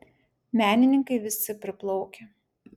menininkai visi priplaukę